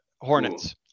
Hornets